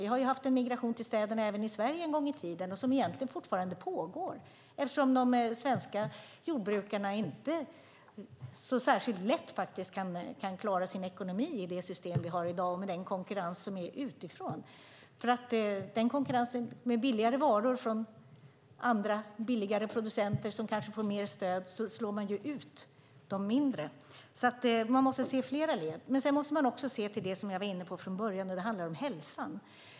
Vi har ju haft en migration till städerna även i Sverige en gång i tiden, och den pågår egentligen fortfarande eftersom de svenska jordbrukarna inte så särskilt lätt kan klara sin ekonomi i det system vi har i dag med den konkurrens som är utifrån. Med billigare varor från andra och billigare producenter som kanske får mer stöd slår man ju ut de mindre. Man måste alltså se flera led, och sedan måste man också se till det som jag var inne på från början, vilket handlar om hälsan.